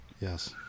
Yes